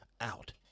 out